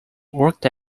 worked